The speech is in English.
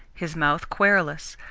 his mouth querulous,